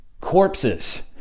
corpses